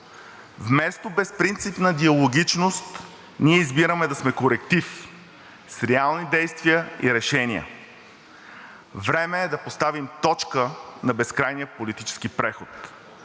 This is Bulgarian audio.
Вместо безпринципна диалогичност ние избираме да сме коректив с реални действия и решения. Време е да поставим точка на безкрайния политически преход.